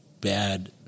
bad